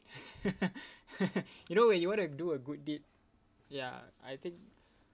you know when you want to do a good deed ya I think